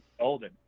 golden